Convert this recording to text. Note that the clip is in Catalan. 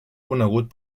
conegut